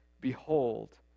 Behold